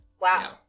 Wow